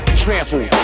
trample